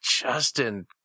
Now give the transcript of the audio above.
Justin